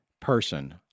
person